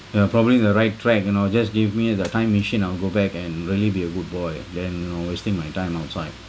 ya probably the right track you know just give me the time machine I'll go back and really be a good boy than know wasting my time outside